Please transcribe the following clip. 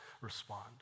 respond